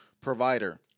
provider